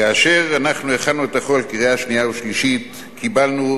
כאשר אנחנו הכנו את החוק לקריאה שנייה ושלישית קיבלנו